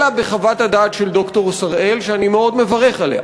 אלא בחוות הדעת של ד"ר שראל שאני מאוד מברך עליה.